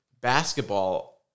basketball